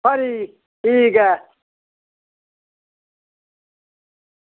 खरी ठीक ऐ